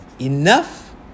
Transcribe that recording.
Enough